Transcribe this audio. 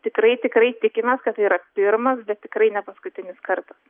tikrai tikrai tikimės kad tai yra pirmas bet tikrai ne paskutinis kartas